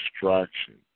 distraction